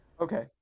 okay